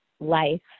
life